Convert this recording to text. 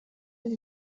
with